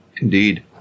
indeed